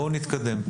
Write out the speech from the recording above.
בואו נתקדם.